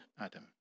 Adam